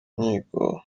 nkiko